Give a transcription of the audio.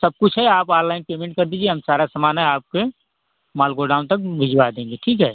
सब कुछ है आप आनलाइन पेमेंट कर दीजिए हम सारा समान है आपके माल गोडाउन तक भिजवा देंगे ठीक है